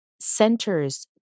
centers